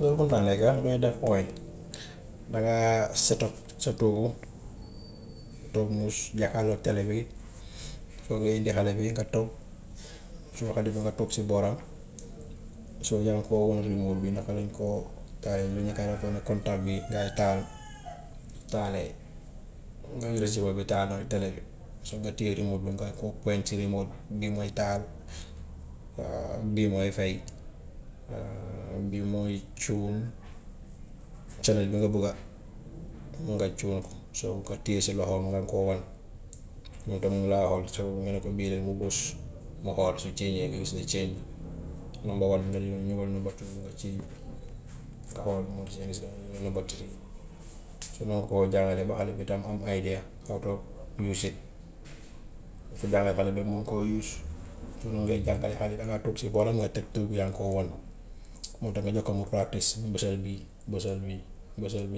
Loolu mun naa nekka lu ñuy def mooy dangaa set-up sa toogu, toog mus jàkkaarloog télé bi soog a indi xale bi nga toog, soo ko deful nga toog si booram. So yaa ngi koy wan remote bi naka lañ koo taalee, lu contact bi ta- taal taalee, nan la bi taal télé bi, si nga téye remote bi nga comprend si remote bi, bii mooy taal, bii mooy fay bii mooy choose chanel bi nga bugga nga choose ko. So nga téye si loxoom nga koo wan, moom tam mu ngi laa xool, so nga ne ko bii la mu bës mu xool su change mu gis ne change nga number one nga ne ñëwal number two nga change nga xool, mu change ba number three. Si noonu nga koo jàngalee ba xale bi tam am idea nga toog use it. Dinga ko jàngal xale bi ba mu mun koo use si noonu ngay jàngalee xale bi dangaa toog si booram nga tëb tëb yaa ngi ko wan, moom tam nga jox ko mu practice bësal bii, bësal bii, bësal